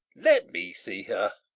let me see her